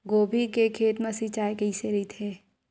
गोभी के खेत मा सिंचाई कइसे रहिथे?